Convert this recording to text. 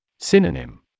Synonym